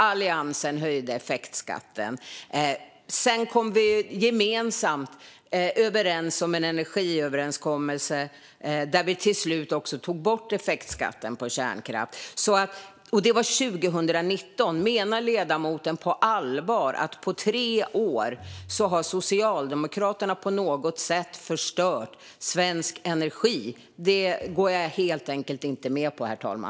Alliansen höjde effektskatten. Sedan kom vi gemensamt överens om en energiöverenskommelse där vi till slut tog bort effektskatten på kärnkraft. Det var 2019. Menar ledamoten på allvar att Socialdemokraterna på tre år på något sätt har förstört svensk energi? Det går jag helt enkelt inte med på, herr talman.